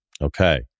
Okay